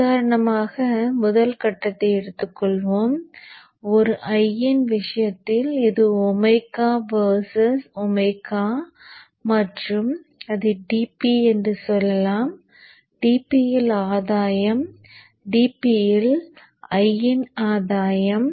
உதாரணத்திற்கு முதல் கட்டத்தை எடுத்துக்கொள்வோம் ஒரு I யின் விஷயத்தில் இது ஒமேகா வெர்சஸ் ஒமேகா மற்றும் இதை dB என்று சொல்லலாம் dB இல் ஆதாயம் dB இல் I இன் ஆதாயம்